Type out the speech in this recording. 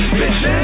bitch